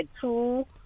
Two